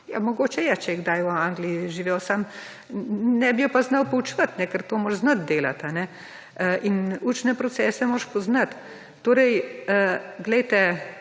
ja mogoče je, če je kdaj v Angliji živel, sam ne bi je pa znal poučevat, ker to moraš znati delat in učne procese moraš poznat. Torej glejte,